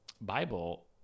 Bible